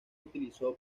utilizó